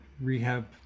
rehab